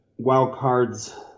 Wildcard's